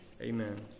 Amen